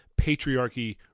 patriarchy